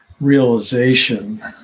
realization